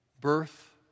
birth